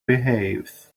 behaves